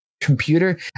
computer